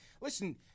listen